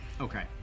Okay